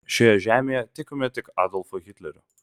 šioje žemėje tikime tik adolfu hitleriu